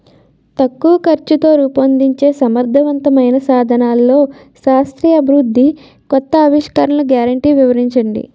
తక్కువ ఖర్చుతో రూపొందించే సమర్థవంతమైన సాధనాల్లో శాస్త్రీయ అభివృద్ధి కొత్త ఆవిష్కరణలు గ్యారంటీ వివరించండి?